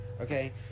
Okay